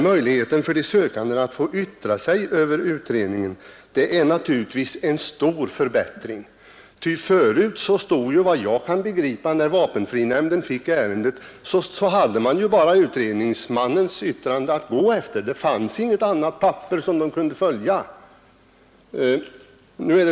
Möjligheten för den sökande att få yttra sig över utredningen är naturligtvis en stor förbättring. Förut hade vapenfrinämnden, när den fick ärendet, efter vad jag kan begripa, bara utredningsmannens yttrande att gå efter. Det fanns inget annat papper att följa.